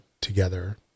together